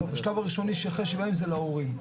לא, בשלב הראשוני אחרי שבועיים זה להורים.